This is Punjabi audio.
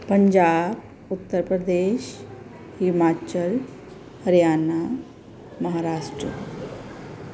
ਪੰਜਾਬ ਉੱਤਰ ਪ੍ਰਦੇਸ਼ ਹਿਮਾਚਲ ਹਰਿਆਣਾ ਮਹਾਰਾਸ਼ਟਰ